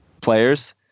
players